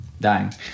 dying